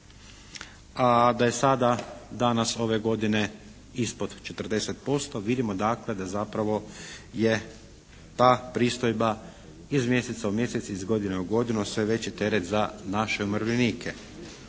a da je sada, danas ove godine ispod 40%. Vidimo dakle, da zapravo je ta pristojba iz mjeseca u mjesec, iz godine u godinu sve veći teret za naše umirovljenike.